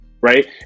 right